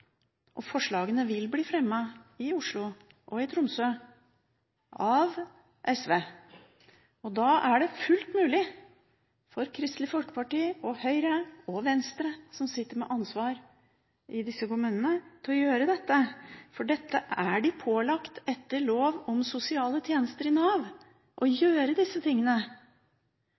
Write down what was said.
ansvar. Forslagene vil bli fremmet i Oslo og Tromsø av SV, og da er det fullt mulig for Kristelig Folkeparti, Høyre og Venstre, som sitter med ansvar i disse kommunene, å gjøre dette. De er pålagt etter lov om sosiale tjenester i Nav å gjøre disse tingene.